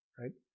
right